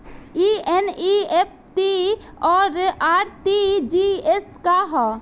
ई एन.ई.एफ.टी और आर.टी.जी.एस का ह?